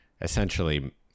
essentially